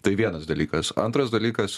tai vienas dalykas antras dalykas